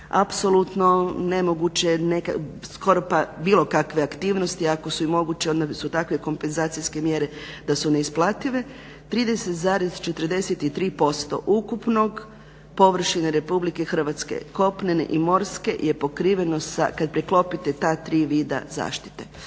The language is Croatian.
apsolutno nemoguće skoro pa bilo kakve aktivnosti, a ako su i moguće onda su takve kompenzacijske mjere da su neisplative, 30,43% ukupnog površine RH je kopnene i morske je pokriveno kada preklopite ta tri vida zaštite.